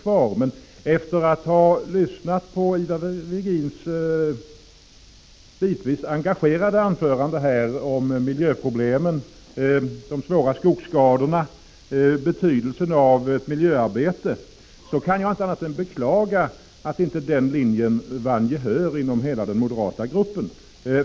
Men att efter att ha lyssnat till Ivar Virgins bitvis engagerade anförande när det gällde miljöproblemen, t.ex. de svåra skogsskadorna, och betydelsen av ett miljöarbete kan jag inte annat än beklaga att inte den uppfattningen vann gehör inom hela den moderata gruppen.